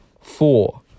Four